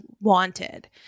wanted